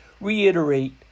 reiterate